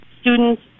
students